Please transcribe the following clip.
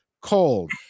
cold